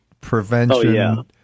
prevention